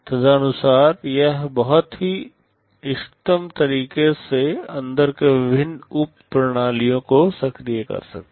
तदनुसार यह बहुत ही इष्टतम तरीके से अंदर के विभिन्न उप प्रणालियों को सक्रिय कर सकता है